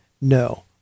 No